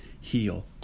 heal